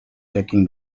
taking